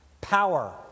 Power